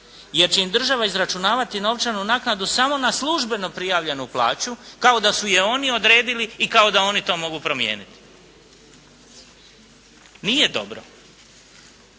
jer će im država izračunavati novčanu naknadu samo na službeno prijavljenu plaću kao da su je oni odredili i kao da oni to mogu promijeniti. Nije dobro